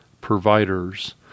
providers